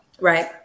Right